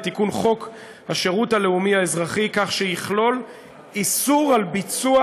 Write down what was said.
לתיקון חוק השירות הלאומי האזרחי כך שיכלול איסור על ביצוע